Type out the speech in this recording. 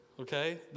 okay